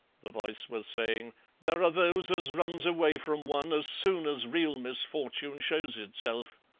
the voice was saying there are those as runs away from one as soon as real misfortune shows itself.